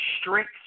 strict